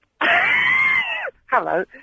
Hello